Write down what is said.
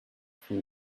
from